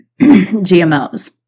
GMOs